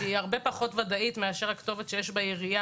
שהיא הרבה פחות ודאית מאשר הכתובת שיש בעירייה,